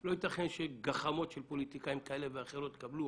לא יתכן שגחמות של פוליטיקאים כאלה ואחרים יקבלו